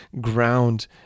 ground